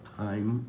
time